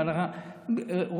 ואכן